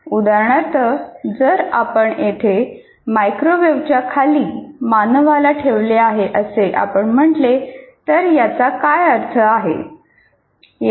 उदाहरणार्थ जर आपण येथे मायक्रोवेव्हच्या खाली मानवांना ठेवले आहे असे आपण म्हटले तर याचा अर्थ काय